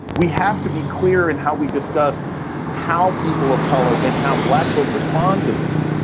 we have to be clear in how we discuss how people of color and how black folk respond to this.